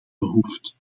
behoeft